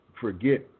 forget